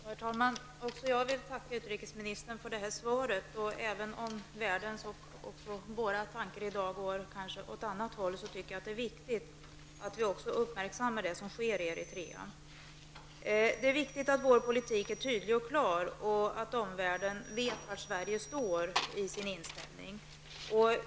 Herr talman! Också jag vill tacka utrikesministern för svaret. Även om världens och våra tankar i dag går åt ett annat håll tycker jag att det är viktigt att vi uppmärksammar det som sker i Eritrea. Det är viktigt att vår politik är tydlig och klar och att omvärlden vet vilken inställning Sverige har.